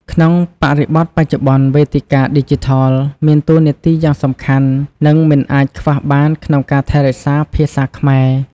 ក្នុងបរិបទបច្ចុប្បន្ន វេទិកាឌីជីថល មានតួនាទីយ៉ាងសំខាន់ និងមិនអាចខ្វះបានក្នុងការថែរក្សាភាសាខ្មែរ។